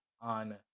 on